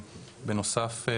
בנוסף,